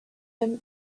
him